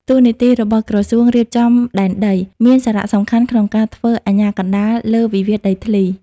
តួនាទីរបស់ក្រសួងរៀបចំដែនដី មានសារៈសំខាន់ក្នុងការធ្វើអាជ្ញាកណ្ដាលលើវិវាទដីធ្លី។